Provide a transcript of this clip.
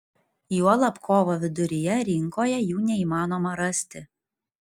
juolab kovo viduryje rinkoje jų neįmanoma rasti